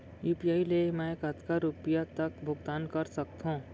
UPI ले मैं कतका रुपिया तक भुगतान कर सकथों